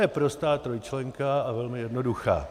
To je prostá trojčlenka a velmi jednoduchá.